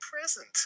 present